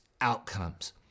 outcomes